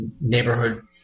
neighborhood